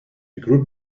group